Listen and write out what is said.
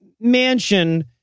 mansion